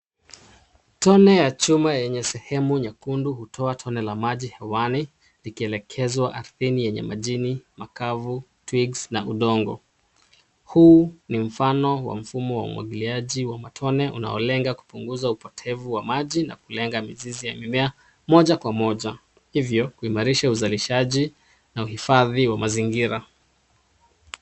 Tone ya chuma yenye sehemu nyekundu hutoa tone la maji hewani ikoelekezwa ardhini yenye madini makavu, twigs na udongo .Huu ni mfano wa mfumo wa umwangiliaji wa matone unaolenga kupunguza upotevu wa maji na kulenga mizizi ya mimea moja kwa moja. Hivyo, kuimarisha uzalishaji na uhifadhi wa mazingira.